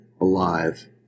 alive